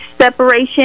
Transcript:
separation